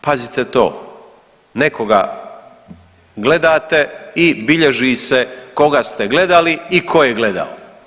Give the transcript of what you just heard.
Pazite to, nekoga gledate i bilježi se koga ste gledali i tko je gledao.